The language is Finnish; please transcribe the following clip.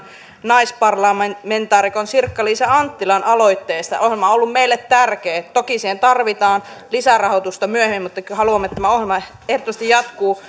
naisparlamentaarikon sirkka liisa anttilan aloitteesta ohjelma on ollut meille tärkeä toki siihen tarvitaan lisärahoitusta myöhemmin mutta haluamme että tämä ohjelma ehdottomasti jatkuu